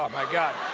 um my gosh,